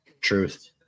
Truth